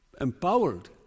empowered